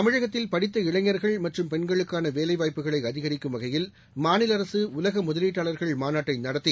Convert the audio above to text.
தமிழகத்தில் படித்த இளைஞர்கள் மற்றும் பெண்களுக்கான வேலை வாய்ப்புகளை அதிகரிக்கும் வகையில் மாநில அரசு உலக முதலீட்டாளர்கள் மாநாட்டை நடத்தி